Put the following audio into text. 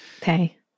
Pay